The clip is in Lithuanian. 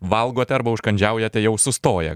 valgote arba užkandžiaujate jau sustoję